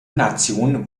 nation